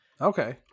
Okay